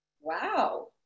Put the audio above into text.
Wow